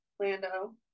Lando